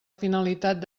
finalitat